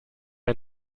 ein